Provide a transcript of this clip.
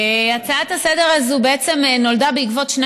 ההצעה לסדר-היום הזו בעצם נולדה בעקבות שני